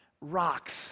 rocks